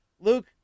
Luke